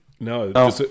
No